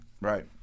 right